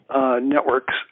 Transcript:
Networks